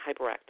hyperactive